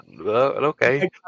Okay